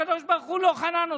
הקדוש ברוך הוא לא חנן אותך,